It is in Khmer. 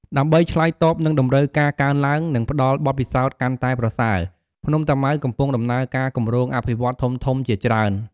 ដើម្បីឆ្លើយតបនឹងតម្រូវការកើនឡើង និងផ្តល់បទពិសោធន៍កាន់តែប្រសើរ ភ្នំតាម៉ៅកំពុងដំណើរការគម្រោងអភិវឌ្ឍន៍ធំៗជាច្រើន។